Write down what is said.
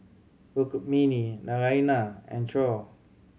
Rukmini Naraina and Choor